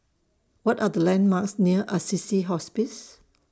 What Are The landmarks near Assisi Hospice